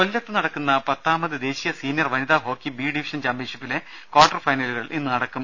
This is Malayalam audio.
കൊല്ലത്ത് നടക്കുന്ന പത്താമത് ദേശീയ സീനിയർ വനിതാ ഹോക്കി ബി ഡിവിഷൻ ചാമ്പ്യൻഷിപ്പിലെ കാർട്ടർ ഫൈനലുകൾ ഇന്ന് നടക്കും